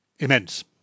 Immense